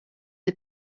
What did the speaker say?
the